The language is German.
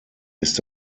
ist